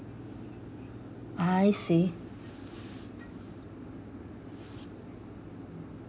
I see